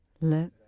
Let